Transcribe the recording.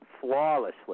flawlessly